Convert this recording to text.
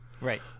right